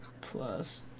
Plus